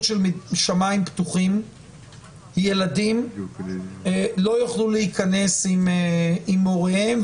של שמיים פתוחים ילדים לא יוכלו להיכנס עם הוריהם,